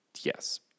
yes